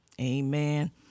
amen